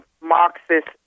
Marxist